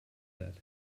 that